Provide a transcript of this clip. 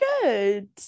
good